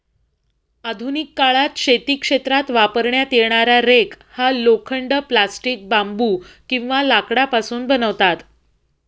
आधुनिक काळात शेती क्षेत्रात वापरण्यात येणारा रेक हा लोखंड, प्लास्टिक, बांबू किंवा लाकडापासून बनवतात